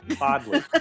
oddly